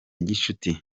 gishuti